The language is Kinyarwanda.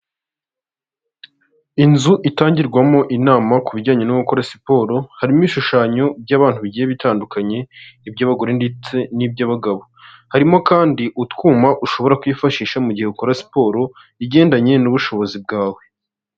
Inzu itangirwamo inama ku bijyanye no gukora siporo, harimo ibishushanyo by'abantu bigiye bitandukanye, iby'abagore ndetse n'iby'abagabo. Harimo kandi, utwuma ushobora kwifashisha mu gihe ukora siporo, igendanye n'ubushobozi bwawe.